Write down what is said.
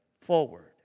forward